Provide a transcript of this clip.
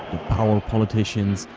power politicians,